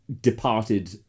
Departed